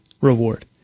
reward